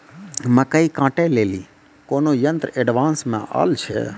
मकई कांटे ले ली कोनो यंत्र एडवांस मे अल छ?